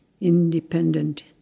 Independent